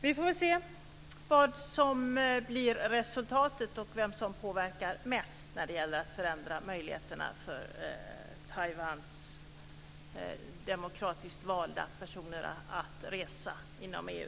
Vi får väl se vad resultatet blir och vem som påverkar mest när det gäller att förändra möjligheterna för Taiwans demokratiskt valda personer att resa inom EU.